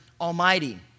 Almighty